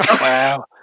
Wow